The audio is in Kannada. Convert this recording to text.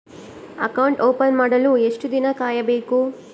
ಅಕೌಂಟ್ ಓಪನ್ ಮಾಡಲು ಎಷ್ಟು ದಿನ ಕಾಯಬೇಕು?